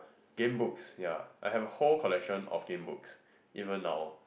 Gamebooks ya I have a whole collection of Gamebooks even now